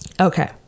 Okay